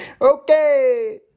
Okay